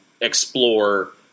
explore